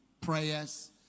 prayers